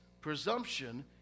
presumption